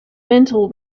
mental